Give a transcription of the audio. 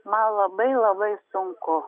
ma labai labai sunku